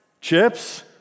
chips